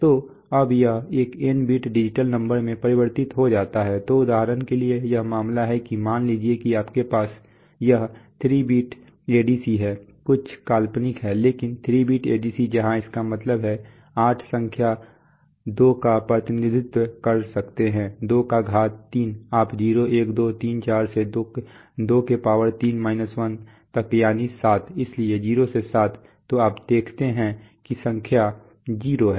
तो अब यह एक N बिट डिजिटल नंबर में परिवर्तित हो जाता है तो उदाहरण के लिए यह मामला है कि मान लीजिए कि आपके पास यह 3 बिट ADC है कुछ काल्पनिक हैं लेकिन 3 बिट ADC जहां इसका मतलब हैआठ संख्या 2 का प्रतिनिधित्व कर सकते हैं 2 का घात 3 आप 0 1 2 3 4 से 23 1 तक यानी 7 इसलिए 0 से 7 तो आप देखते हैं कि संख्या 0 है